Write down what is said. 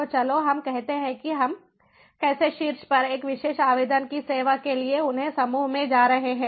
तो चलो हम कहते हैं कि हम कैसे शीर्ष पर एक विशेष आवेदन की सेवा के लिए उन्हें समूह में जा रहे हैं